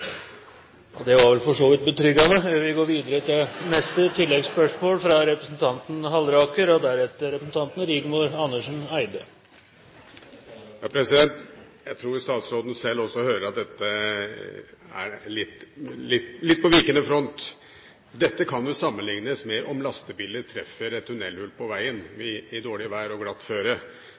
Det var vel for så vidt betryggende – før vi går videre til neste oppfølgingsspørsmål, fra representanten Halleraker. Jeg tror statsråden selv også hører at dette er litt på vikende front. Dette kan jo sammenlignes med om lastebiler treffer et tunnelhull på veien i dårlig vær